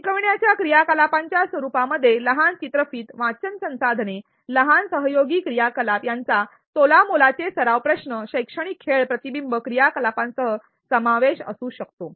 शिकविण्याच्या क्रियाकलापांच्या स्वरुपामध्ये लहान चित्रफित वाचन संसाधने लहान सहयोगी क्रियाकलाप यांचा तोलामोलाचे सराव प्रश्न शैक्षणिक खेळ प्रतिबिंब क्रियाकलापांसह समावेश असू शकतो